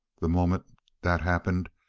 the moment that happened,